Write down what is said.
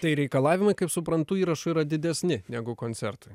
tai reikalavimai kaip suprantu įrašui yra didesni negu koncertui